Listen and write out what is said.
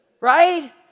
Right